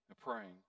praying